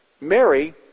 Mary